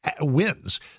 wins